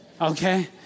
Okay